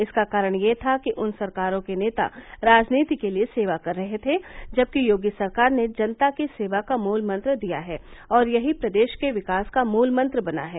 इसका कारण यह था कि उन सरकारों के नेता राजनीति के लिये सेवा कर रहे थे जबकि योगी सरकार ने जनता की सेवा का मूल मंत्र दिया है और यही प्रदेश के विकास का मूल मंत्र बना है